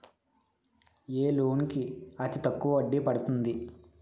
ఏ loan కి అతి తక్కువ వడ్డీ పడుతుంది?